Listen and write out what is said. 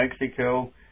Mexico